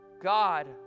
God